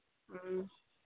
ꯎꯝ